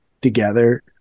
together